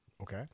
Okay